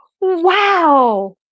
wow